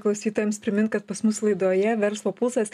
klausytojams primint kad pas mus laidoje verslo pulsas